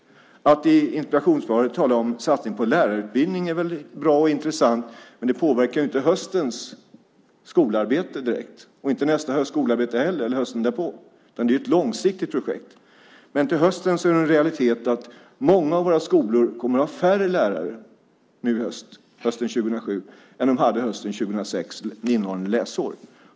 Att i interpellationssvaret tala om lärarutbildning är väl bra och intressant, men det påverkar inte direkt den här höstens, nästa hösts eller följande hösts skolarbete. Det är ett långsiktigt projekt. Men det är en realitet att många av våra skolor kommer att ha färre lärare hösten 2007 än de hade hösten 2006, innevarande läsår.